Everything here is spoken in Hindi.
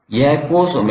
यह cos𝜔𝑡 होगा